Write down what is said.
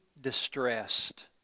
distressed